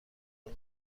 اما